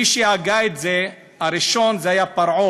מי שהגה את זה הראשון היה פרעה,